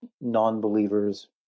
non-believers